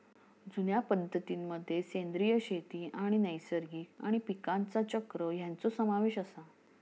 जुन्या पद्धतीं मध्ये सेंद्रिय शेती आणि नैसर्गिक आणि पीकांचा चक्र ह्यांचो समावेश आसा